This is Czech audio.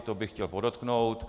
To bych chtěl podotknout.